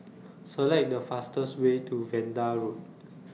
Select The fastest Way to Vanda Road